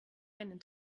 einen